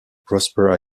prosper